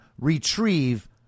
retrieve